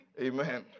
Amen